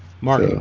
Mark